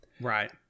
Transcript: right